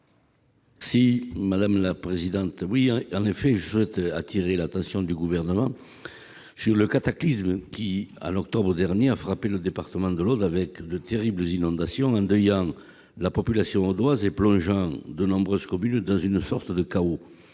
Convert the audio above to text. écologique et solidaire. Je souhaite attirer l'attention du Gouvernement sur le cataclysme qui, en octobre dernier, a frappé le département de l'Aude, de terribles inondations endeuillant la population audoise et plongeant de nombreuses communes dans une sorte de chaos.